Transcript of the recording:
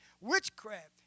witchcraft